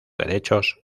derechos